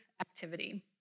activity